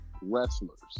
wrestlers